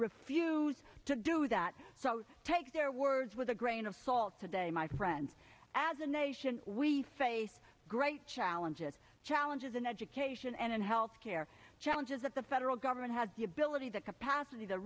refuse to do that take their words with a grain of salt today my friends as a nation we face great challenges challenges in education and health care challenges that the federal government has the ability that capacity the